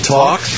talk